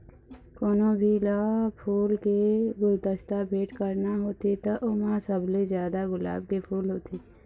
कोनो भी ल फूल के गुलदस्ता भेट करना होथे त ओमा सबले जादा गुलाब के फूल होथे